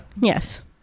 Yes